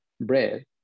bread